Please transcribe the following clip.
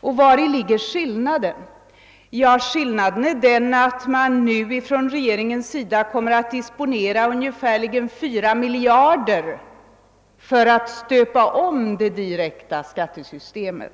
Och vari består skillnaden? Jo, däri att regeringen kommer att använda ungefär 4 miljarder kronor för att stöpa om det direkta skattesystemet.